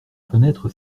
fenêtre